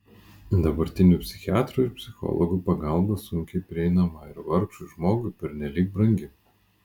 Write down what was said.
dabartinių psichiatrų ir psichologų pagalba sunkiai prieinama ir vargšui žmogui pernelyg brangi